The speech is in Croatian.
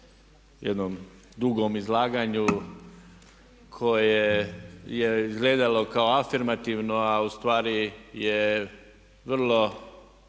jednom dugom izlaganju koje je izgledalo kao afirmativno, a u stvari je vrlo